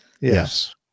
Yes